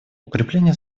укрепление